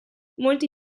molti